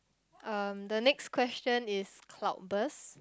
um the next question is cloud burst